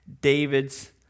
David's